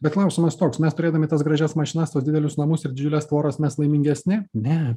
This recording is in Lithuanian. bet klausimas toks mes turėdami tas gražias mašinas tuos didelius namus ir didžiulės tvoros mes laimingesni ne